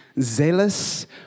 zealous